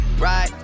right